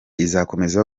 izakomeza